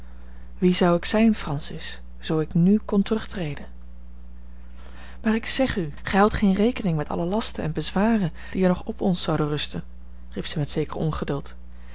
wie zou ik zijn francis zoo ik nù kon terugtreden maar ik zeg u gij houdt geene rekening met alle lasten en bezwaren die er nog op ons zouden rusten riep zij met zeker ongeduld